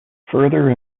further